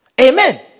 Amen